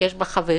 יש בה חברים,